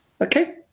Okay